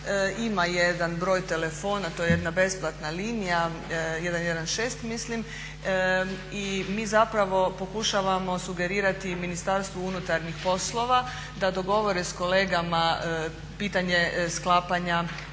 ima jedan broj telefona, to je jedna besplatna linija 116 mislim i mi zapravo pokušavamo sugerirati Ministarstvu unutarnjih poslova da dogovore s kolegama pitanje sklapanja